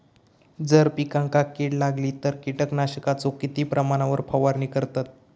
जर पिकांका कीड लागली तर कीटकनाशकाचो किती प्रमाणावर फवारणी करतत?